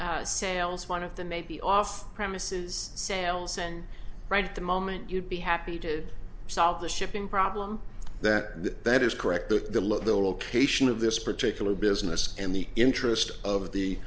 premises sales one of them may be off premises sales and right at the moment you'd be happy to solve the shipping problem that that is correct that the location of this particular business and the interest of the